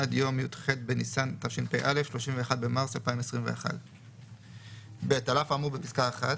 עד ום י"ח בניסן התשפ"א (31 במרס 2021). (ב) על אף האמור בפסקה (1),